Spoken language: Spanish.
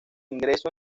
ingreso